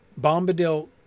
Bombadil